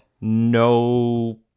no